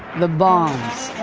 the bombs,